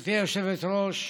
גברתי היושבת-ראש,